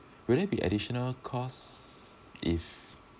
will there be additional costs if